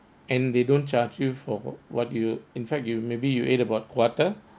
and they don't charge you for what you in fact you maybe you ate about quarter